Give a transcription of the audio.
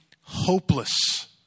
hopeless